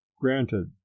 granted